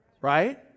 Right